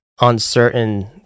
Uncertain